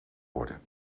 worden